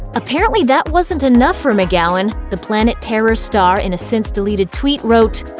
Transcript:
apparently, that wasn't enough for mcgowan. the planet terror star, in a since-deleted tweet, wrote,